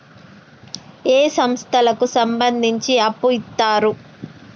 ఏ సంస్థలకు సంబంధించి అప్పు ఇత్తరు?